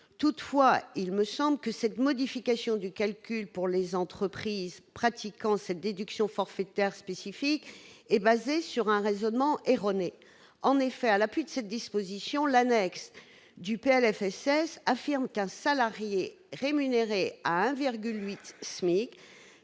Toutefois, il me semble que cette modification du calcul pour les entreprises pratiquant cette déduction forfaitaire spécifique est fondée sur un raisonnement erroné. En effet, à l'appui de cette disposition, l'annexe du PLFSS précise qu'un salarié rémunéré à hauteur